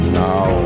now